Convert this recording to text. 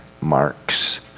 marks